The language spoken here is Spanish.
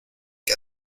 que